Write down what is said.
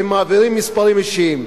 הם מעבירים מספרים אישיים.